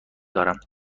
دارم